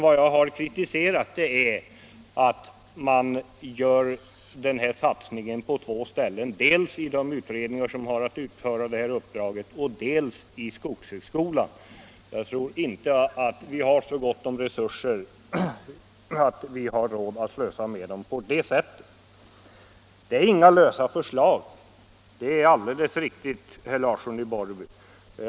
Vad jag har kritiserat är att man gör denna satsning på två ställen: dels i utredningen, dels på skogshögskolan. Jag tror inte att vi har så gott om resurser att vi har råd att slösa med dem på det sättet. Det är helt riktigt, herr Larsson i Borrby, att det inte är fråga om några lösa förslag.